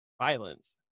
violence